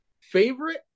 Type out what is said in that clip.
Favorite